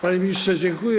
Panie ministrze, dziękuję.